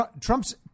Trump's